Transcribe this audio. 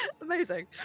Amazing